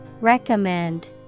Recommend